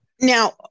now